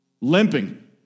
limping